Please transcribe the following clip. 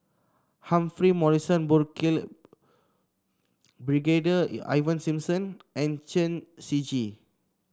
Humphrey Morrison Burkill Brigadier Ivan Simson and Chen Shiji